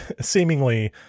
seemingly